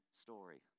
story